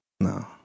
No